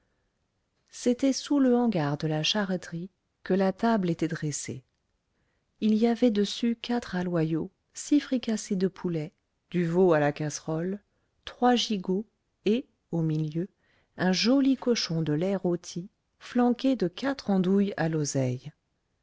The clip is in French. c'était sous le hangar de la charreterie que la table était dressée il y avait dessus quatre aloyaux six fricassées de poulets du veau à la casserole trois gigots et au milieu un joli cochon de lait rôti flanqué de quatre andouilles à l'oseille